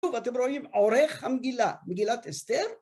ואתם רואים עורך המגילה, מגילת אסתר.